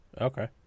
Okay